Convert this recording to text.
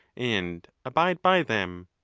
and abide by them.